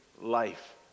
life